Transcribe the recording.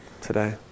today